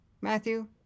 Matthew